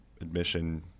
admission